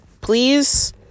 please